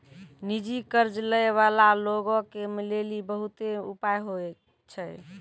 निजी कर्ज लै बाला लोगो के लेली बहुते उपाय होय छै